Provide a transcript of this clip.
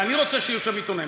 ואני רוצה שיהיו שם עיתונאים.